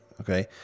Okay